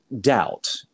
doubt